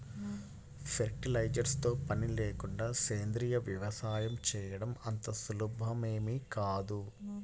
fertilisers తో పని లేకుండా సేంద్రీయ వ్యవసాయం చేయడం అంత సులభమేమీ కాదు